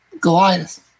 Goliath